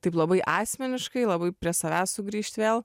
taip labai asmeniškai labai prie savęs sugrįžt vėl